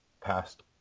past